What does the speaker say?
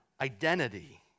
identity